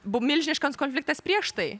buvo milžiniškas konfliktas prieš tai